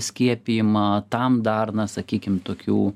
skiepijimą tam dar na sakykim tokių